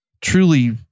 truly